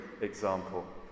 example